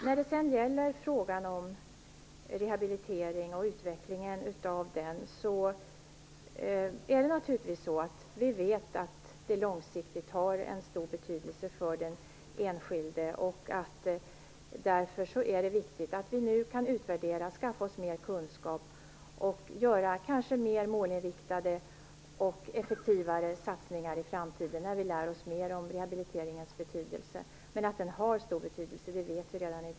När det sedan gäller utvecklingen av rehabiliteringen vet vi naturligtvis att rehabiliteringen långsiktigt har en stor betydelse för den enskilde och att det därför är viktigt att vi nu kan utvärdera, skaffa oss mer kunskap och kanske göra mer målinriktade och effektivare satsningar i framtiden, när vi lär oss mer om rehabiliteringens betydelse. Att den har stor betydelse vet vi redan i dag.